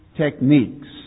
techniques